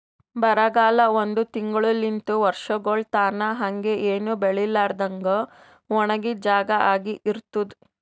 ಬರಗಾಲ ಒಂದ್ ತಿಂಗುಳಲಿಂತ್ ವರ್ಷಗೊಳ್ ತನಾ ಹಂಗೆ ಏನು ಬೆಳಿಲಾರದಂಗ್ ಒಣಗಿದ್ ಜಾಗಾ ಆಗಿ ಇರ್ತುದ್